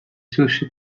sushi